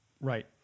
Right